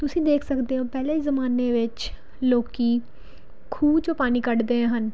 ਤੁਸੀਂ ਦੇਖ ਸਕਦੇ ਹੋ ਪਹਿਲੇ ਜ਼ਮਾਨੇ ਵਿੱਚ ਲੋਕ ਖੂਹ 'ਚੋਂ ਪਾਣੀ ਕੱਢਦੇ ਹਨ